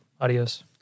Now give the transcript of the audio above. Adios